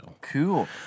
Cool